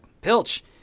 Pilch